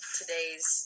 today's